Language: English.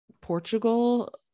Portugal